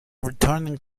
returning